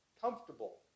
comfortable